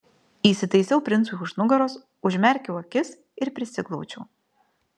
įsitaisiau princui už nugaros užmerkiau akis ir prisiglaudžiau